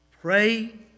Pray